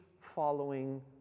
following